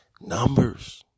Numbers